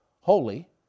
Holy